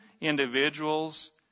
individuals